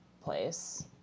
place